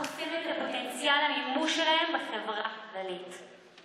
החוסמת את פוטנציאל המימוש שלהם בחברה הכללית.